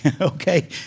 okay